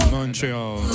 Montreal